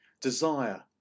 desire